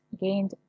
gained